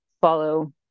follow